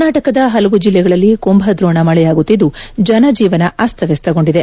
ಕರ್ನಾಟಕದ ಹಲವು ಜಿಲ್ಲೆಗಳಲ್ಲಿ ಕುಂಭದ್ರೋಣ ಮಳೆಯಾಗುತ್ತಿದ್ಲು ಜನಜೀವನ ಅಸ್ತವ್ಯಸ್ತಗೊಂಡಿದೆ